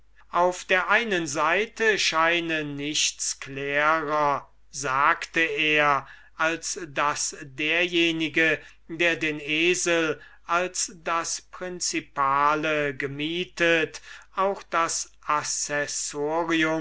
auf der einen seite scheine nichts klärer sagte er als daß derjenige der den esel als das principale gemietet auch das